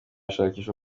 ishakisha